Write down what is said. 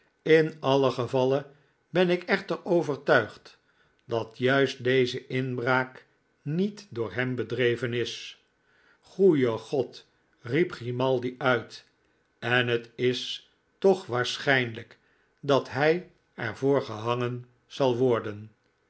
in alien gevalle ben ik echter overtuigd dat juist deze inbraak niet door hem bedreven is goede god riep grimaldi uit en het is toch waarschijnlijk dat hij er voor gehangen zal worden